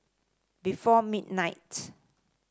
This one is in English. before midnight